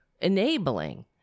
enabling